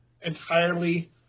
entirely